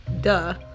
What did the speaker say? duh